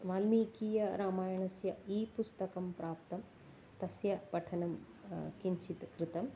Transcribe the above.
वाल्मीकीय रामायणस्य ई पुस्तकं प्राप्तं तस्य पठनं किञ्चित् कृतम्